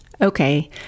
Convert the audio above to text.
Okay